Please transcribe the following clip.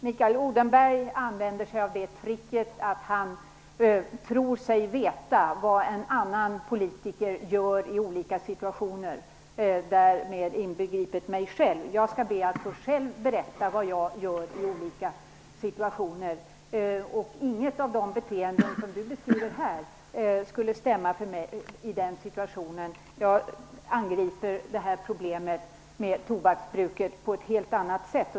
Herr talman! Mikael Odenberg använder sig av tricket att han tror sig veta vad en annan politiker gör i olika situationer, därmed inbegripet mig själv. Jag skall be att själv få berätta vad jag gör i olika situationer. Inget av de beteenden som han beskriver här skulle stämma med mig i den situationen. Jag angriper problemet med tobaksbruket på ett helt annat sätt.